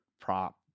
prop